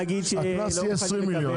הקנס יהיה 20 מיליון.